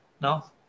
no